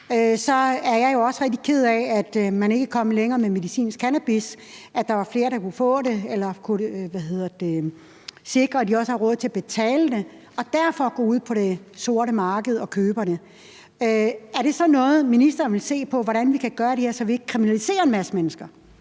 så er jeg jo også rigtig ked af, at man ikke er kommet længere med medicinsk cannabis, så der var flere, der kunne få det, eller så vi kunne sikre, at de havde råd til at betale det og ikke skulle ud på det sorte marked for at købe det. Er det noget, ministeren vil se på, altså hvordan vi kan gøre det her, så vi ikke kriminaliserer en masse mennesker?